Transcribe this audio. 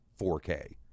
4K